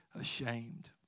ashamed